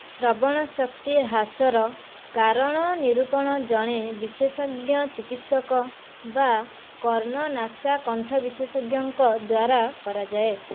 ଶ୍ରବଣଶକ୍ତି ହ୍ରାସର କାରଣ ନିରୂପଣ ଜଣେ ବିଶେଷଜ୍ଞ ଚିକିତ୍ସକ ବା କର୍ଣ୍ଣ ନାସା କଣ୍ଠ ବିଶେଷଜ୍ଞଙ୍କ ଦ୍ୱାରା କରାଯାଏ